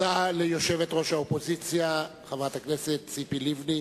תודה ליושבת-ראש האופוזיציה חברת הכנסת ציפי לבני.